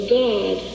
god